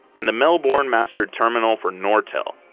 and the melbourne master terminal for nortel,